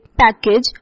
package